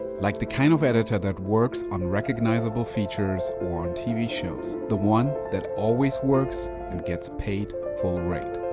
like the kind of editor that works on recognizable feature or on tv shows. the one that always works and gets paid full-rate.